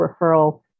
referral